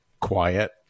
quiet